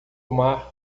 mar